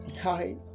hi